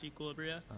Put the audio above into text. equilibria